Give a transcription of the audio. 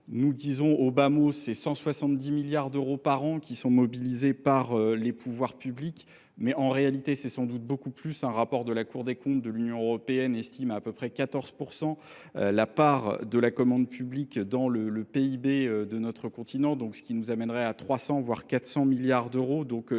Nous disons au bas mot ces 170 milliards d'euros par an qui sont mobilisés par les pouvoirs publics, mais en réalité c'est sans doute beaucoup plus. Un rapport de la Cour des comptes de l'Union européenne estime à peu près 14% la part de la commande publique dans le PIB de notre continent, ce qui nous amènerait à 300 voire 400 milliards d'euros.